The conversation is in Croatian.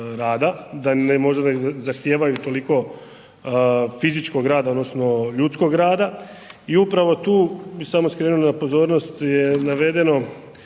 da ne možda ne zahtijevaju toliko fizičkog rada odnosno ljudskog rada i upravo tu, bi samo skrenuo na pozornost, je navedeno